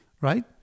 right